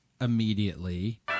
immediately